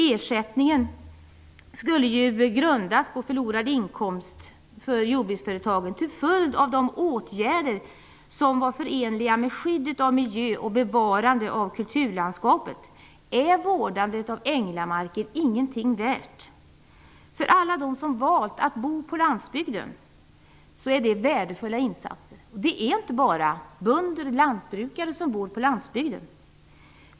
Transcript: Ersättningen skulle ju grundas på den inkomst jordbruksföretaget förlorat till följd av de åtgärder som var förenliga med skyddet av miljön och bevarandet av kulturlandskapet. Är vårdandet av änglamarken ingenting värt? För alla dem som valt att bo på landsbygden är det värdefulla insatser. Det är inte bara bönder och lantbrukare som bor på landsbygden.